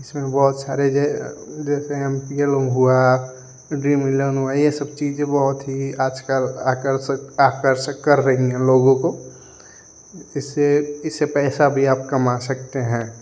इसमें बहुत सारे जैसे हम हुआ यह सब चीज़ें बहुत आज ही आजकल आकर्षक आकर्षित कर रही हैं लोगों को इससे इससे पैसा भी आप कमा सकते हैं